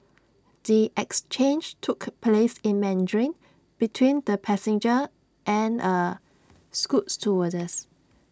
the exchange took place in Mandarin between the passenger and A scoot stewardess